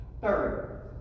Third